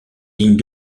lignes